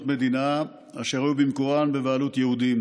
מדינה אשר היו במקורן בבעלות יהודים,